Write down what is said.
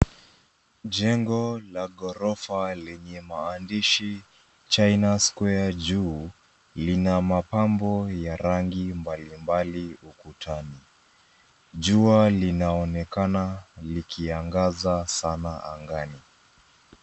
Jengo la gorofa lenye maandishi China Square juu lina mapambo ya rangi mbalimbali ukutani. Jua linaonekana likiangaza sana angani.